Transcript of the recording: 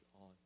on